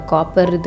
Copper